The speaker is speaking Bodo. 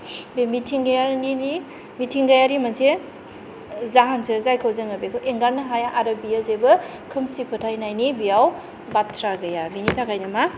बे मिथिंगायारिनि मिथिंगायारि मोनसे जाहोनसो जायखौ जोङो बेखौ एंगारनो हाया आरो बेयो जेबो खोमसि फोथायनायनि बेयाव बाथ्रा गैया बेनि थाखायनो मा